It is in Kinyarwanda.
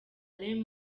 alain